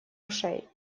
ушей